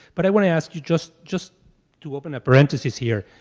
but i wanna ask you, just just to open a parenthesis here,